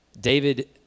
David